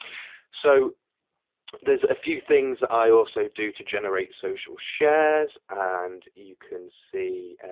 so there's a few things i also do to generate social shares and you can see